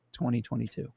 2022